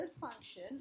function